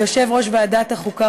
ליושב-ראש ועדת החוקה,